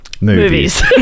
Movies